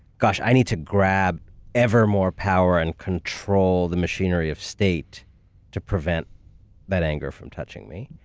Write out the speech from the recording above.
gosh, i need to grab ever more power and control the machinery of state to prevent that anger from touching me.